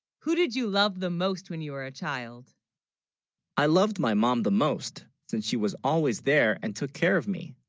who, did you love the most when you were a. child i loved, my mom the most since she was always there and took care of me